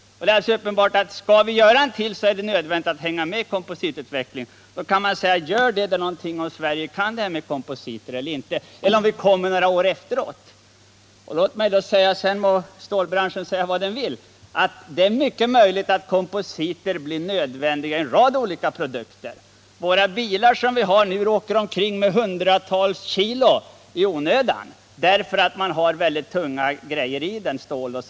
Skall vi göra en flygplanstyp till är det helt nödvändigt att hänga med i kompositutvecklingen. Man kan också fråga: Spelar det någon roll om Sverige kan det här med komposit eller inte eller om vi kommer några år efter? Låt mig då säga, och sedan må stålbranschen tycka vad den vill: Det är mycket möjligt att kompositer blir nödvändiga i en rad olika produkter. De bilar som vi nu åker omkring med har hundratals kilo i onödan därför att man har tunga material i dem, stål etc.